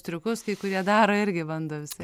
triukus kurie daro irgi bando viską